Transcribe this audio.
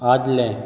आदलें